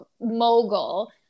mogul